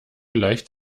gleicht